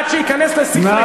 עד שייכנס לשכלך,